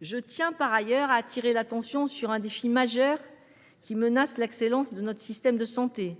Je tiens par ailleurs à attirer l’attention sur un problème essentiel qui menace l’excellence de notre système de santé